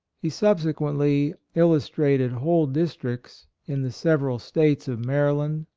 he subsequently illustrated whole dis tricts in the several states of mary land,